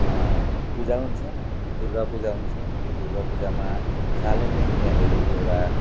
पुजा हुन्छ दुर्गा पुजा हुन्छ ती दुर्गा पुजामा सालिन्ने याँनिरी एउटा